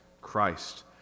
Christ